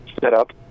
setup